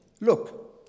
look